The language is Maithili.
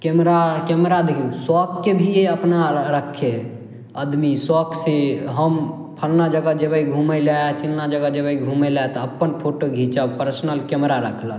कैमरा कैमरा देखियौ सओखके भी अपना रखय हइ अदमी सओखसँ हम फलना जगह जेबय घुमय लए चिलना जगह जेबय घुमय लए तऽ अपन फोटो घिचब पर्सनल कैमरा रखलक